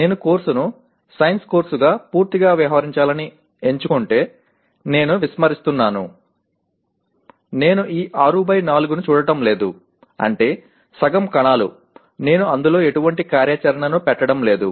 నేను కోర్సును సైన్స్ కోర్సుగా పూర్తిగా వ్యవహరించాలని ఎంచుకుంటే నేను విస్మరిస్తున్నాను నేను ఈ 6 బై 4 ను చూడటం లేదు అంటే సగం కణాలు నేను అందులో ఎటువంటి కార్యాచరణను పెట్టడం లేదు